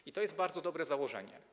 I to jest bardzo dobre założenie.